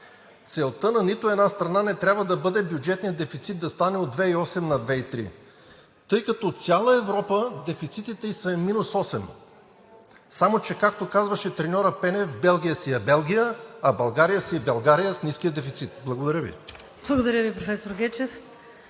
Целта на нито една страна не трябва да бъде бюджетният дефицит да стане от 2,8 на 2,3, тъй като в цяла Европа дефицитите им са минус осем. Само че, както казваше треньорът Пенев: „Белгия си е Белгия“, а България си е България с ниския дефицит. Благодаря Ви. ПРЕДСЕДАТЕЛ ВИКТОРИЯ